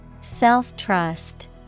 Self-trust